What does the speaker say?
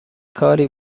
کاری